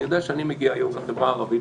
אני יודע שאני מגיע היום לחברה הערבית,